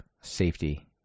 safety